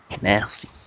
Nasty